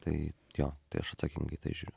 tai jo tai aš atsakingai į tai žiūriu